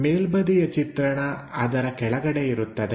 ಮೇಲ್ಬದಿಯ ಚಿತ್ರಣ ಅದರ ಕೆಳಗಡೆ ಇರುತ್ತದೆ